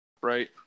right